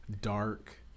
dark